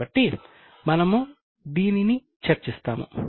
కాబట్టి మనము దీనిని చర్చిస్తాము